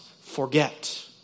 forget